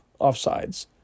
offsides